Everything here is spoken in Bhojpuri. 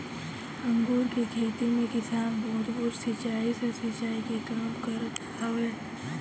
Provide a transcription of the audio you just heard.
अंगूर के खेती में किसान बूंद बूंद सिंचाई से सिंचाई के काम करत हवन